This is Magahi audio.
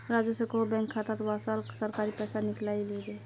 राजू स कोहो बैंक खातात वसाल सरकारी पैसा निकलई ले